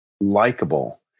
likable